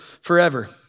forever